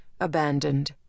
abandoned